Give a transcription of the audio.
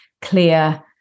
clear